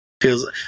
feels